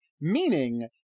Meaning